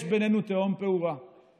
יש בינינו תהום פעורה,